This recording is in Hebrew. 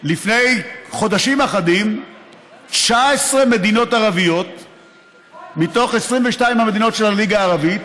לפני חודשים אחדים 19 מדינות ערביות מתוך 22 המדינות של הליגה הערבית,